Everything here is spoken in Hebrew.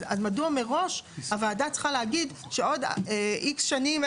אז מדוע מראש הוועדה צריכה להגיד שעוד איקס שנים,